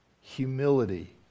humility